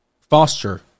Foster